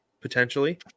potentially